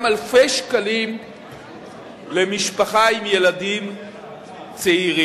לאלפי שקלים למשפחה עם כמה ילדים צעירים.